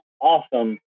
awesome